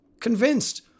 convinced